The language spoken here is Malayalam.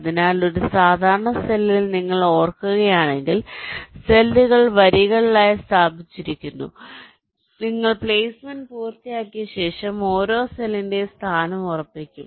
അതിനാൽ ഒരു സാധാരണ സെല്ലിൽ നിങ്ങൾ ഓർക്കുകയാണെങ്കിൽ സെല്ലുകൾ വരികളിലായി സ്ഥാപിച്ചിരിക്കുന്നു അതിനാൽ നിങ്ങൾ പ്ലേസ്മെന്റ് പൂർത്തിയാക്കിയ ശേഷം ഓരോ സെല്ലിന്റെയും സ്ഥാനം ഉറപ്പിക്കും